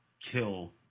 kill